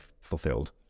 fulfilled